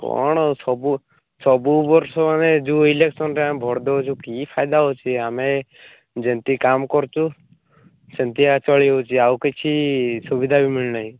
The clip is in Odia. କ'ଣ ସବୁ ସବୁ ବର୍ଷ ଆମେ ଯୋଉ ଇଲେକ୍ସନ୍ରେ ଆମେ ଭୋଟ୍ ଦେଉଛୁ କି ଫାଇଦା ହେଉଛି ଆମେ ଯେମତି କାମ କରଛୁ ସେମତିଆ ଚଳି ହେଉଛି ଆଉ କିଛି ସୁବିଧା ବି ମିଳୁ ନାହିଁ